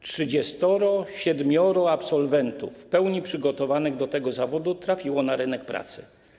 37 absolwentów w pełni przygotowanych do tego zawodu trafiło na rynek pracy.